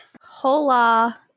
Hola